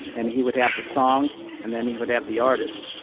and he would have the song and then he would have the artist.